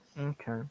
Okay